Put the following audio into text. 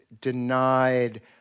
denied